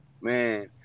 Man